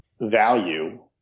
value